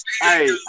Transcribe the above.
Hey